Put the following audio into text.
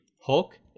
hulk